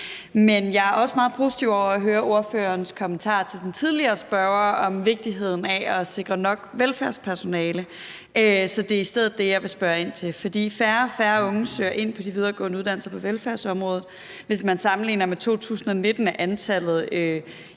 Men jeg er også meget positiv over for ordførerens kommentar til den tidligere spørger om vigtigheden af at sikre nok velfærdspersonale, så det er i stedet det, jeg vil spørge ind til. For færre og færre unge søger ind på de videregående uddannelser på velfærdsområdet. Hvis man sammenligner med 2019, er antallet i de